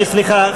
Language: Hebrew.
אדוני, סליחה.